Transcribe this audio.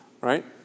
right